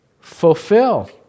Fulfill